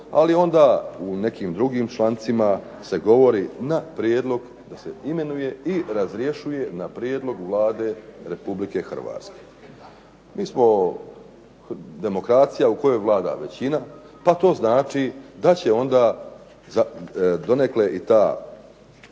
ali onda u nekim drugim člancima se govori na prijedlog da se imenuje i razrješuje na prijedlog Vlade Republike Hrvatske. Mi smo demokracija u kojoj vlada većina pa to znači da će onda donekle i ta deklarirana